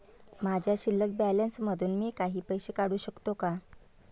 माझ्या शिल्लक बॅलन्स मधून मी काही पैसे काढू शकतो का?